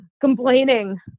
complaining